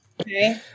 okay